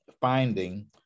finding